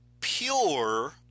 pure